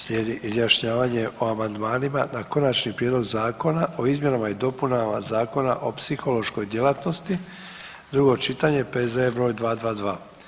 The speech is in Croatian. Slijedi izjašnjavanje o amandmani na Konačni prijedlog Zakona o izmjenama i dopunama Zakona o psihološkoj djelatnosti, drugo čitanje, P.Z.E. broj 222.